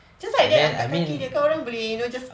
just like that angkat kaki dia ke orang boleh you know just